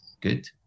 good